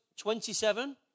27